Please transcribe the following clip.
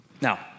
Now